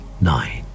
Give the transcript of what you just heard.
Nine